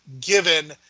given